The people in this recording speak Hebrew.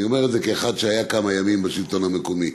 אני אומר את זה כאחד שהיה כמה ימים בשלטון המקומי.